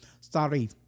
Sorry